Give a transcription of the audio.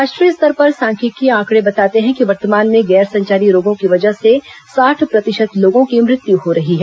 राष्ट्रीय स्तर पर सांख्यिकीय आंकड़े बताते हैं कि वर्तमान में गैर संचारी रोगों की वजह से साठ प्रतिशत लोगों की मृत्यु हो रही हैं